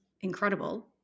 incredible